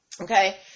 Okay